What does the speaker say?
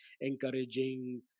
encouraging